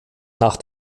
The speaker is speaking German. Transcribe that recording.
nach